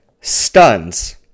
stuns